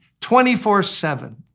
24-7